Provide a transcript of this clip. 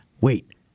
wait